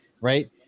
right